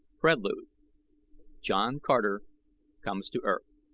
prelude john carter comes to earth